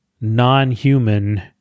non-human